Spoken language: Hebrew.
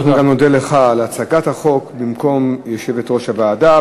אנחנו גם נודה לך על הצגת החוק במקום יושבת-ראש הוועדה.